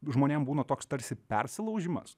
žmonėm būna toks tarsi persilaužimas